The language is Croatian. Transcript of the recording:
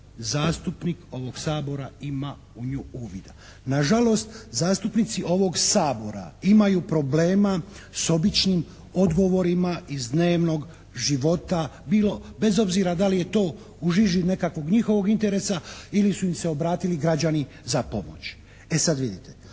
zastupnik ovog Sabora ima u nju uvida. Na žalost zastupnici ovog Sabora imaju problema s običnim odgovorima iz dnevnog života bez obzira da li je to u žiži nekakvog njihovog interesa ili su im se obratili građani za pomoć.